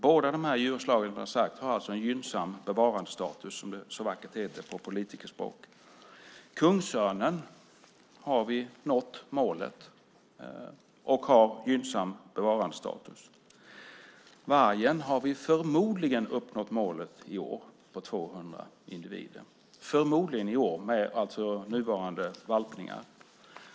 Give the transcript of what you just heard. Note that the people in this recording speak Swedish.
Båda dessa djurslag har alltså en gynnsam bevarandestatus - som det så vackert heter på politikerspråk. Kungsörnen har nått målet och har gynnsam bevarandestatus. Vargen har förmodligen uppnått målet på 200 individer i år med nuvarande valpningar.